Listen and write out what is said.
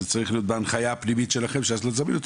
זה צריך להיות בהנחיה הפנימית שלכם שלא לזמן אותו,